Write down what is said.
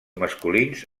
masculins